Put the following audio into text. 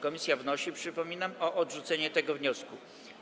Komisja wnosi, przypominam, o odrzucenie tego wniosku.